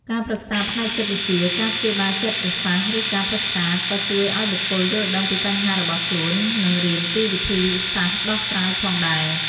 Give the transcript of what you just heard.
ការប្រឹក្សាផ្នែកចិត្តវិទ្យា ការព្យាបាលចិត្តសាស្ត្រ ឬការប្រឹក្សា ក៏ជួយឲ្យបុគ្គលយល់ដឹងពីបញ្ហារបស់ខ្លួន និងរៀនពីវិធីសាស្ត្រដោះស្រាយផងដែរ។